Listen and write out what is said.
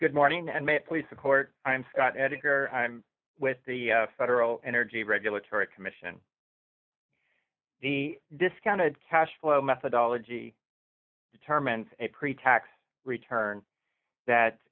good morning and may i please the court i'm scott editor i'm with the federal energy regulatory commission the discounted cash flow methodology determines a pretax return that